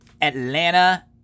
Atlanta